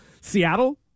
Seattle